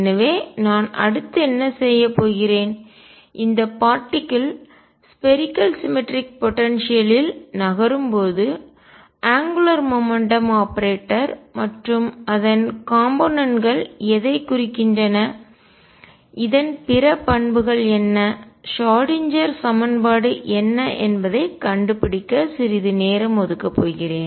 எனவே நான் அடுத்து என்ன செய்யப் போகிறேன்இந்த பார்ட்டிக்கல் துகள் ஸ்பேரிக்கல் சிமெட்ரிக் போடன்சியல்லில் கோள சமச்சீர் ஆற்றலில் நகரும் போது அங்குலார் மொமெண்ட்டம் கோண உந்தம் ஆபரேட்டர் மற்றும் அதன் காம்போனென்ட்கள் கூறுகள் எதைக் குறிக்கின்றன இதன் பிற பண்புகள் என்ன ஷ்ராடின்ஜெர் சமன்பாடு என்ன என்பதைக் கண்டுபிடிக்க சிறிது நேரம் ஒதுக்க போகிறேன்